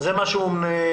זה מה שהוא מייצר?